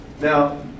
Now